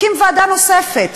הקים ועדה נוספת